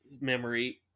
memory